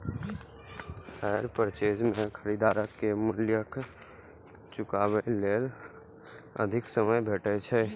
hire purchase मे खरीदार कें मूल्य चुकाबै लेल अधिक समय भेटै छै